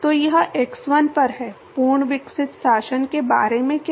तो यह x1 पर है पूर्ण विकसित शासन के बारे में क्या